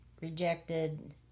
rejected